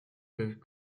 peuvent